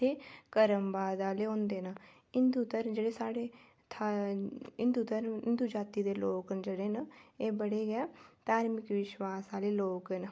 कर्मवाद आह्ले होंदे न हिन्दू धर्म जेह्ड़े साढ़ै हिन्दू जाती दे लोक जेह्ड़े न एह बड़े गै धार्मिक विश्वास आह्ले लौक न